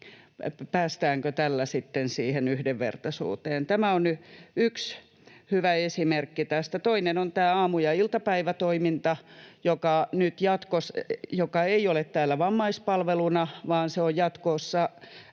päästäänkö tällä sitten siihen yhdenvertaisuuteen. Tämä on yksi hyvä esimerkki tästä. Toinen on aamu- ja iltapäivätoiminta, joka ei ole täällä vammaispalveluna, vaan se on jatkossa